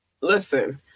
Listen